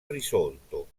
risolto